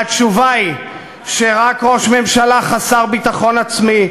והתשובה היא שרק ראש ממשלה חסר ביטחון עצמי,